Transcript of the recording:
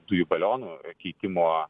dujų balionų keitimo